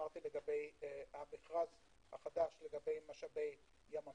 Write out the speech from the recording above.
אמרתי לגבי המכרז החדש לגבי משאבי ים המלח,